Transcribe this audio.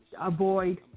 avoid